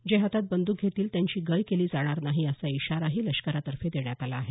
जे हातात बंदूक घेतील त्यांची गय केली जाणार नाही असा इशाराही लष्करातर्फे देण्यात आला आहे